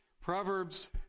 Proverbs